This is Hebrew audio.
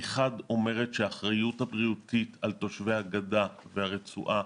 ישראל אומרת מחד אומרת שהאחריות הבריאותית על תושבי הגדה והרצועה